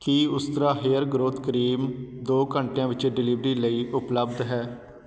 ਕੀ Ustraa hair growth cream ਦੋ ਘੰਟਿਆਂ ਵਿੱਚ ਡਿਲੀਵਰੀ ਲਈ ਉਪਲਬਧ ਹੈ